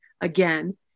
again